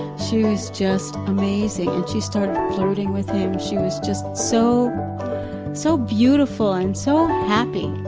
she was just amazing. and she started flirting with him, she was just so so beautiful, and so happy!